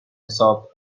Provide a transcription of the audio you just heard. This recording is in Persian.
حساب